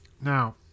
Now